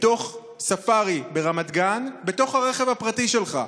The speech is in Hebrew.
בתוך ספארי ברמת גן בתוך הרכב הפרטי שלך.